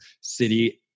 city